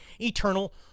eternal